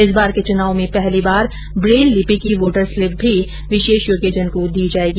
इस बार के चूनाव में पहली बार ब्रेल लिपी की वोटर स्लिप भी विशेष योग्यजन को दी जायेगी